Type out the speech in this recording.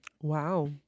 Wow